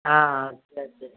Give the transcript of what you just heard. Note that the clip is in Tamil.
ஆ ஆ சரி சரி